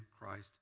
Christ